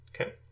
okay